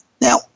Now